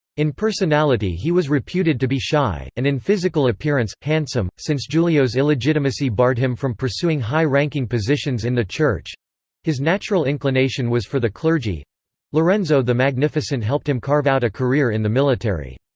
in personality he was reputed to be shy, and in physical appearance, handsome since giulio's illegitimacy barred him from pursuing high-ranking positions in the church his natural inclination was for the clergy lorenzo the magnificent helped him carve out a career in the military.